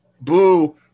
Boo